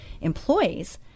employees